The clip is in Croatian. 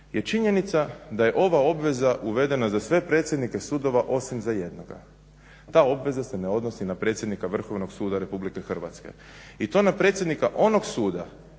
je činjenica da je ova obveza uvedena za sve predsjednike sudova osim za jednoga. Ta obveza se ne odnosi na predsjednika Vrhovnog suda RH. i to na predsjednika onog suda